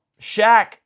Shaq